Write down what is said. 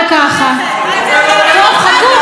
הגעתי עכשיו לכהן הגדול,